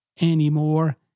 anymore